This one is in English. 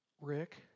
Rick